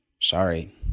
Sorry